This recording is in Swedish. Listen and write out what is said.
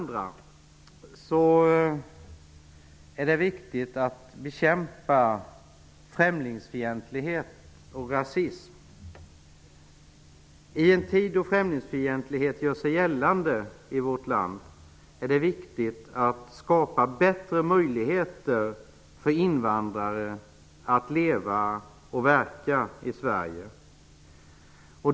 Det är viktigt att bekämpa främlingsfientlighet och rasism. I en tid då främlingsfientlighet gör sig gällande i vårt land är det viktigt att skapa bättre möjligheter för invandrare att leva och verka i Sverige.